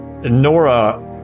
Nora